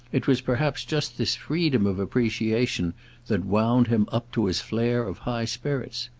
it was perhaps just this freedom of appreciation that wound him up to his flare of high spirits.